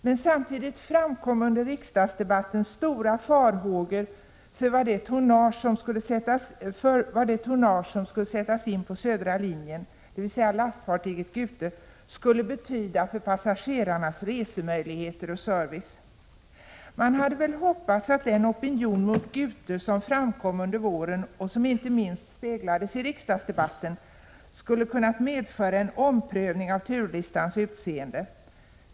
Men samtidigt framkom under riksdagsdebatten stora farhågor för vad det tonnage som skulle sättas in på södra linjen, dvs. lastfartyget Gute, skulle betyda för passagerarnas resemöjligheter och service. Man hade väl hoppats att den opinion mot Gute som framkom under våren och som inte minst speglades i riksdagsdebatten skulle ha kunnat medföra en omprövning av turlistans utseende.